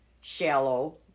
shallow